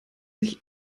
sich